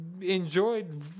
enjoyed